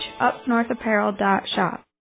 upnorthapparel.shop